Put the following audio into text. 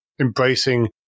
embracing